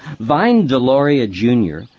vine deloria, jr,